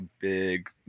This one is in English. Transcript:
big